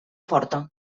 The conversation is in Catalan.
forta